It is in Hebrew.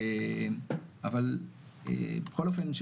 אבל בכל אופן,